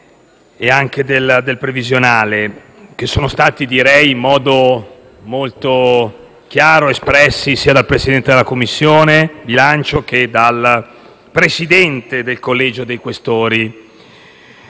bilancio previsionale che sono stati espressi in modo molto chiaro sia dal Presidente della Commissione bilancio che dal Presidente del Collegio dei Questori.